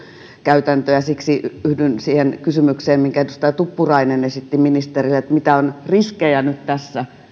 käytäntöön ja siksi yhdyn siihen kysymykseen minkä edustaja tuppurainen esitti ministerille mitä riskejä nyt on tässä